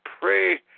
pray